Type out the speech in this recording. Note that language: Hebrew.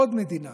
עוד מדינה